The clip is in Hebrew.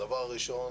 הדבר הראשון,